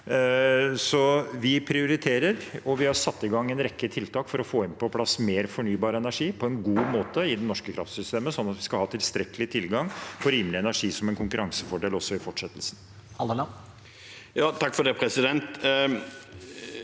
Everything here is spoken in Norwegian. Vi prioriterer, og vi har satt i gang en rekke tiltak for å få på plass mer fornybar energi på en god måte i det norske kraftsystemet, sånn at vi skal ha tilstrekkelig tilgang på rimelig energi som en konkurransefordel også i fortsettelsen.